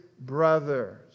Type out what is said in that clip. brothers